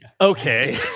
okay